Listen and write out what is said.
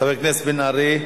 חבר הכנסת בן-ארי.